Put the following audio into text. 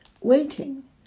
waiting